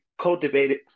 cultivated